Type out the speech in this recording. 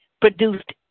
produced